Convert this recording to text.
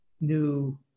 new